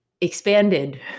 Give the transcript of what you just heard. expanded